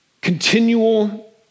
continual